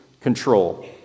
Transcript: control